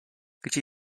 gdzie